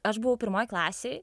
aš buvau pirmoj klasėj